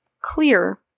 clear